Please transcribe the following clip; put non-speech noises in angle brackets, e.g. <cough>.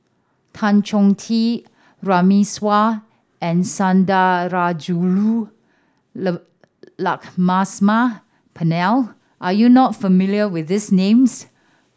Tan Chong Tee Runme Shaw and Sundarajulu <unintelligible> Lakshmana Perumal are you not familiar with these names